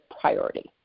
priority